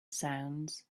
sounds